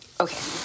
Okay